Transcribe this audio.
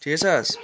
ठिकै छस्